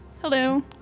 Hello